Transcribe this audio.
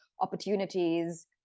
opportunities